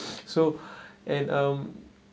so and um